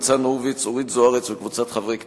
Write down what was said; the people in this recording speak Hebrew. ניצן הורוביץ ואורית זוארץ וקבוצת חברי הכנסת,